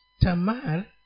Tamar